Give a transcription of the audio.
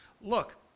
Look